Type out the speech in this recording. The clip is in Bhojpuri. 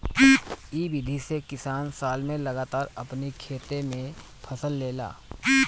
इ विधि से किसान साल में लगातार अपनी खेते से फसल लेला